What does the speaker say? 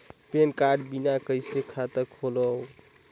Pan card बिना कइसे खाता खोलव?